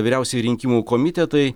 vyriausiajai rinkimų komitetai